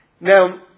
Now